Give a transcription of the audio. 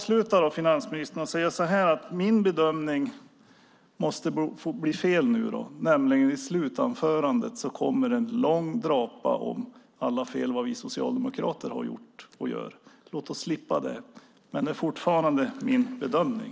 Slutligen säger jag: Låt min bedömning få bli fel, men i slutanförandet kommer en lång drapa om alla de fel som vi socialdemokrater har gjort och gör. Låt oss slippa det, men det är min bedömning.